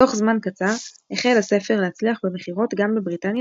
תוך זמן קצר החל הספר להצליח במכירות גם בבריטניה,